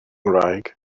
ngwraig